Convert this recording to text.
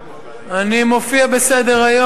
תודה רבה, הוא לא מופיע בסדר-היום.